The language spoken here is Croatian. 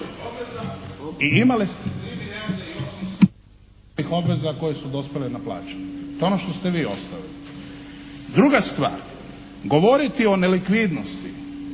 I imali ste… …/Govornik naknadno uključen./… obveza koje su dospjele na plaćanje. To je ono što ste vi ostavili. Druga stvar, govoriti o nelikvidnosti